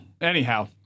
anyhow